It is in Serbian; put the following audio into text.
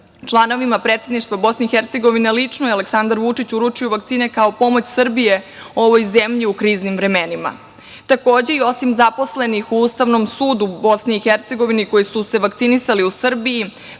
Članovima predsedništva BiH lično je Aleksandar Vučić uručio vakcine kao pomoć Srbije ovoj zemlji u kriznim vremenima. Takođe, osim zaposlenih u Ustavnom sudu BiH, koji su se vakcinisali u Srbiji,